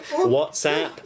WhatsApp